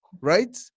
right